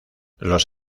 los